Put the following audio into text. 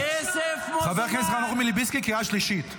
חבר הכנסת חנוך מלביצקי, קריאה שלישית.